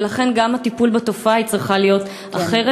ולכן גם הטיפול בתופעה צריך להיות אחר.